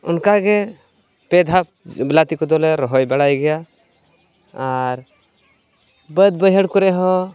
ᱚᱱᱠᱟᱜᱮ ᱯᱮ ᱫᱷᱟᱣ ᱵᱤᱞᱟᱹᱛᱤ ᱠᱚᱫᱚᱞᱮ ᱨᱚᱦᱚᱭ ᱵᱟᱲᱟᱭ ᱜᱮᱭᱟ ᱟᱨ ᱵᱟᱹᱫᱽ ᱵᱟᱹᱭᱦᱟᱹᱲ ᱠᱚᱨᱮᱦᱚᱸ